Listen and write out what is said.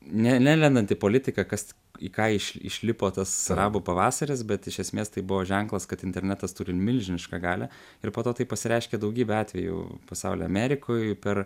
ne nelendant į politiką kas į ką iš išlipo tas arabų pavasaris bet iš esmės tai buvo ženklas kad internetas turi milžinišką galią ir po to tai pasireiškė daugybe atvejų pasauly amerikoj per